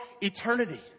eternity